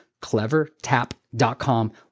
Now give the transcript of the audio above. clevertap.com